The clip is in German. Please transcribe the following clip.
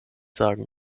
sagen